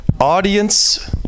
Audience